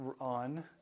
on